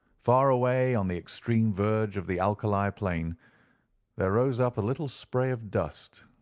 far away on the extreme verge of the alkali plain there rose up a little spray of dust,